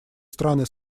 страны